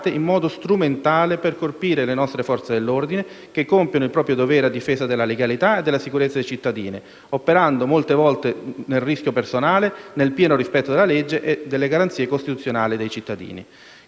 in modo strumentale per colpire le nostre Forze dell'ordine, che compiono il proprio dovere a difesa della legalità e della sicurezza dei cittadini, operando molte volte nel rischio personale, nel pieno rispetto della legge e delle garanzie costituzionali dei cittadini.